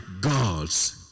gods